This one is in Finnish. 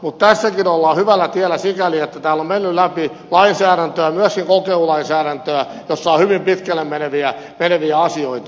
mutta tässäkin ollaan hyvällä tiellä sikäli että täällä on mennyt läpi lainsäädäntöä myöskin kokeilulainsäädäntöä jossa on hyvin pitkälle meneviä asioita